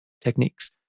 techniques